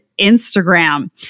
Instagram